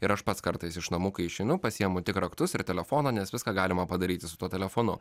ir aš pats kartais iš namų kai išeinu pasiimu tik raktus ir telefoną nes viską galima padaryti su tuo telefonu